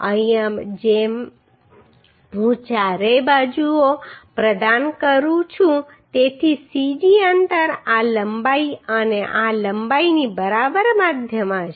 અહીં જેમ હું ચારેય બાજુઓ પ્રદાન કરું છું તેથી cg અંતર આ લંબાઈ અને આ લંબાઈની બરાબર મધ્યમાં હશે